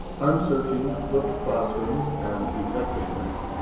i'm searching flipped classroom and effectiveness